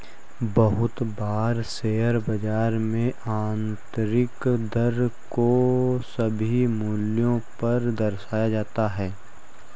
बहुत बार शेयर बाजार में आन्तरिक दर को सभी मूल्यों पर दर्शाया जाता है